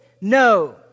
No